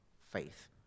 faith